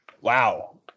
wow